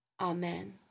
Amen